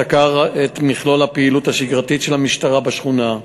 הוא סקר את מכלול הפעילות השגרתית של המשטרה בשכונה.